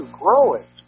growing